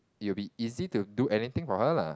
it will be easy to do anything for her lah